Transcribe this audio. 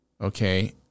Okay